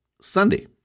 Sunday